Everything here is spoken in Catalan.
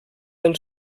del